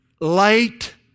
light